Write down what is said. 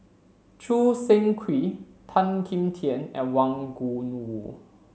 Choo Seng Quee Tan Kim Tian and Wang Gungwu